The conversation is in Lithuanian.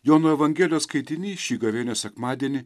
jono evangelijos skaitinys šį gavėnios sekmadienį